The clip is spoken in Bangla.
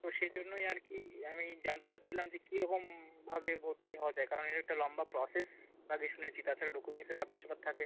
তো সেই জন্যই আর কী আমি জানতে চাচ্ছিলাম যে কীরকমভাবে ভর্তি হওয়া যায় কারণ এর একটা লম্বা প্রসেস লাগে শুনেছি তাছাড়া ডকুমেন্টসের ব্যাপার স্যাপার থাকে